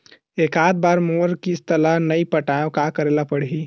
एकात बार मोर किस्त ला नई पटाय का करे ला पड़ही?